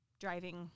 driving